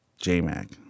JMAC